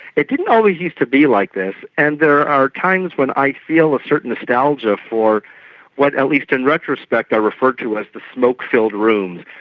it didn't always used to be like this, and there are times when i feel a certain nostalgia for what, at least in retrospect, are referred to as the smoke-filled rooms,